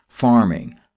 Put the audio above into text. farming